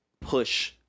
push